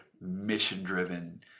mission-driven